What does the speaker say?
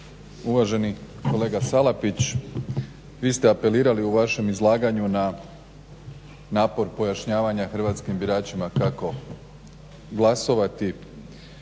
Uvaženi kolega Salapić vi ste apelirali u vašem izlaganju na napor pojašnjavanja hrvatskim biračima kako glasovati.